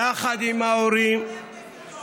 יחד עם ההורים, גם מי שלא מסכים.